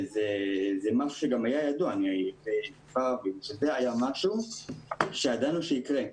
זה משהו שגם היה יודע, זה היה משהו שידענו שיקרה.